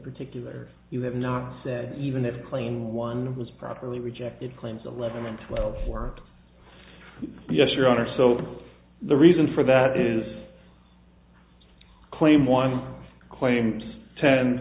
particular you have not said even if claiming one was properly rejected claims eleven and twelve for yes your honor so the reason for that is claim one claims ten